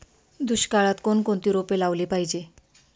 दुष्काळात कोणकोणती रोपे लावली पाहिजे?